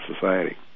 society